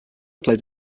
played